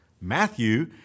Matthew